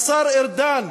השר ארדן,